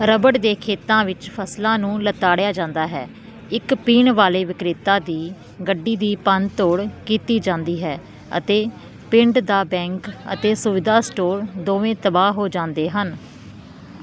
rubber ਦੇ ਖੇਤਾਂ ਵਿੱਚ ਫ਼ਸਲਾਂ ਨੂੰ ਲਤਾੜਿਆ ਜਾਂਦਾ ਹੈ ਇੱਕ ਪੀਣ ਵਾਲੇ ਵਿਕਰੇਤਾ ਦੀ ਗੱਡੀ ਦੀ ਭੰਨ ਤੋੜ ਕੀਤੀ ਜਾਂਦੀ ਹੈ ਅਤੇ ਪਿੰਡ ਦਾ ਬੈਂਕ ਅਤੇ ਸੁਵਿਧਾ ਸਟੋਰ ਦੋਵੇਂ ਤਬਾਹ ਹੋ ਜਾਂਦੇ ਹਨ